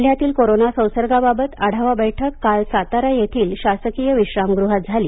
जिल्ह्यातील कोरोना संसर्गाबाबत आढावा बैठक काल सातारा येथील शासकीय विश्रामगृहात झाली